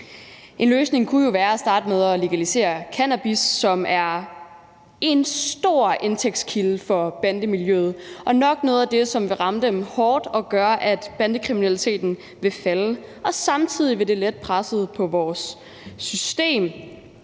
En løsning kunne jo være at starte med at legalisere cannabis, som er en stor indtægtskilde for bandemiljøet, og som nok er noget af det, der vil ramme dem hårdt og gøre, at bandekriminaliteten vil falde. Og samtidig vil det lette presset på vores system